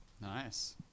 Nice